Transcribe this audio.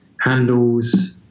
handles